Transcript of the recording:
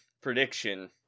Prediction